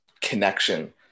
connection